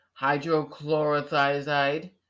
hydrochlorothiazide